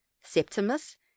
septimus